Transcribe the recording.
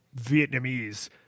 Vietnamese